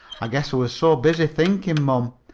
i guess i was so busy thinking, mom,